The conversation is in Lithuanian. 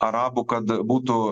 arabų kad būtų